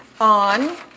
on